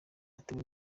atewe